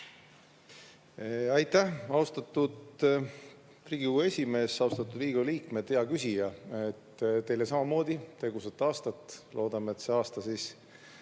Aitäh! Austatud Riigikogu esimees! Austatud Riigikogu liikmed! Hea küsija, teile samamoodi tegusat aastat! Loodame, et see aasta